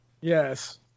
yes